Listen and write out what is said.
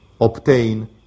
obtain